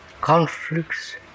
conflicts